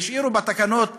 והשאירו בתקנות המנדטוריות.